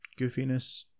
goofiness